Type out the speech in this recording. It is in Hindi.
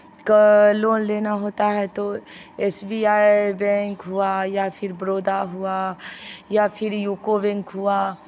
का लोन लेना होता है तो एस बी आई बैंक हुआ या फिर बड़ौदा हुआ या फिर यूको बैंक हुआ